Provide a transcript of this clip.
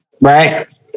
right